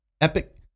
epic